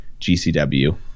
GCW